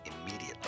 immediately